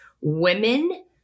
Women